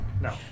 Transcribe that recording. No